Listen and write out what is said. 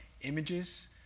images